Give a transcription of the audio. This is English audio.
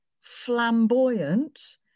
flamboyant